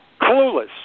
Clueless